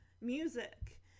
music